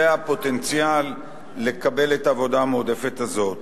זה הפוטנציאל לקבלת העבודה המועדפת הזאת.